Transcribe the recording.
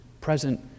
present